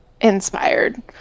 inspired